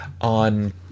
on